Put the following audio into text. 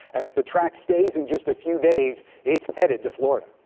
and if the track stays, in just a few days it's headed to florida!